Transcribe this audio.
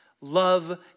love